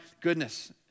goodness